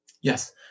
Yes